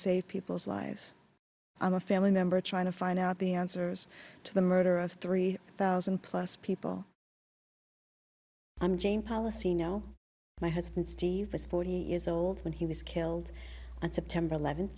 save people's lives on a family member trying to find out the answers to the murder of three thousand plus people i'm jane policy know my husband steve was forty years old when he was killed on september eleventh